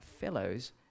fellows